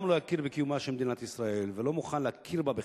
לא יכיר בקיומה של מדינת ישראל ולא מוכן להכיר בה בכלל,